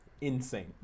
Insane